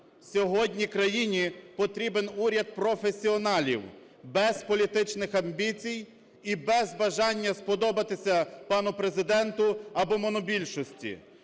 Сьогодні країні потрібен уряд професіоналів без політичних амбіцій і без бажання сподобатися пану Президенту або монобільшості.